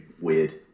weird